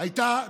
הייתה דרישה,